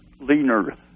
leaner